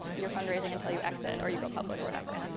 you're fundraising until you exit or you go public or whatever.